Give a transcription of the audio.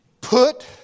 Put